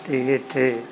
ਅਤੇ ਜੀ ਇੱਥੇ